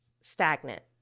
stagnant